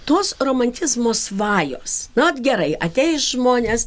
tos romantizmo svajos nu ot gerai ateis žmonės